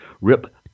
rip